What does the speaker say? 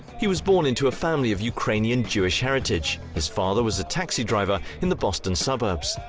he was born into a family of ukrainian jewish heritage his father was a taxi driver in the boston suburbs.